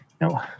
No